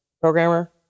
programmer